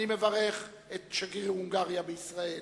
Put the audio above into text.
אני מברך את שגריר הונגריה בישראל,